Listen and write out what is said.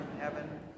heaven